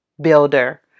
builder